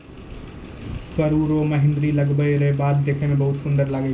सरु रो मेंहदी लगबै रो बाद देखै मे बहुत सुन्दर लागै छै